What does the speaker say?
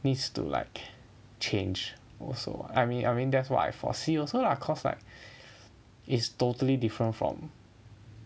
needs to like change also I mean I mean that's what I foresee also lah cause like is totally different from